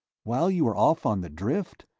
while you were off on the drift?